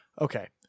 Okay